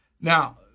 Now